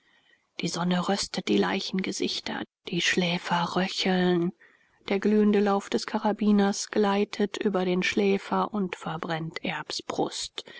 die sonne röstet die leichengesichter die schläfer röcheln der glühende lauf des karabiners gleitet über den schläfer und verbrennt erbs brust